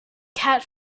cat